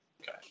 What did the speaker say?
Okay